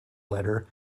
letter